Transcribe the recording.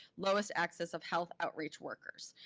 lowest access of health outreach workers.